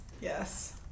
Yes